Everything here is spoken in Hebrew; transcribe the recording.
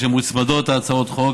הצעות החוק